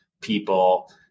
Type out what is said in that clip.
people